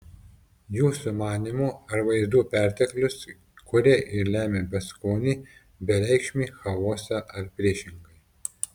jūsų manymu ar vaizdų perteklius kuria ir lemia beskonį bereikšmį chaosą ar priešingai